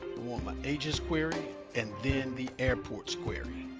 want my agents query and then the airports query.